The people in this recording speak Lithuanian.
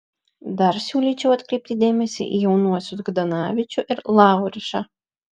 dar siūlyčiau atkreipti dėmesį į jaunuosius kdanavičių ir laurišą